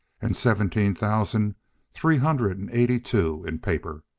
and seventeen thousand three hundred and eighty-two in paper.